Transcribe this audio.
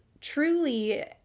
truly